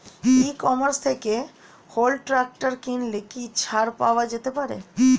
ই commerce থেকে Honda tractor কিনলে কি ছাড় পাওয়া যেতে পারে?